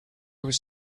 was